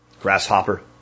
grasshopper